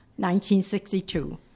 1962